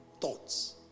thoughts